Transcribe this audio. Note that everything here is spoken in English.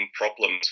problems